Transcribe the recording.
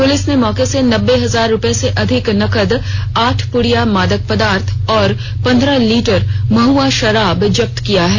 प्रलिस ने मौके से नब्बे हजार रूपये से अधिक नगद आठ पुड़िया मादक पदार्थ और पन्द्रह लीटर महुआ शराब जब्त किया गया है